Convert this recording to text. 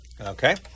Okay